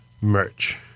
merch